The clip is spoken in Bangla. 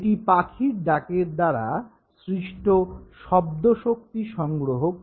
এটি পাখির ডাকের দ্বারা সৃষ্ট শব্দশক্তি সংগ্রহ করে